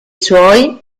suoi